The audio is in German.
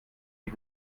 die